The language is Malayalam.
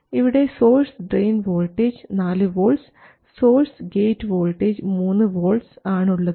ഇവിടെ source drain voltage 4 volts source gate voltage 3 volts ആണ് ഉള്ളത്